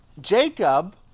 Jacob